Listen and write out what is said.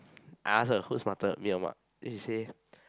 I ask her who's smarter me or Mark then she say